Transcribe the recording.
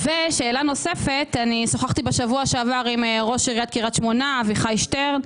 ושאלה נוספת שוחחתי בשבוע שעבר עם ראש עיריית קריית שמונה אביחי שטרן.